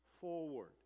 forward